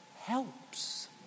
helps